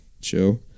chill